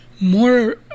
more